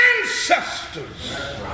ancestors